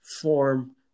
form